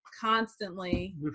constantly